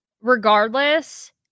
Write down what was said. Regardless